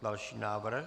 Další návrh.